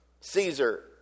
Caesar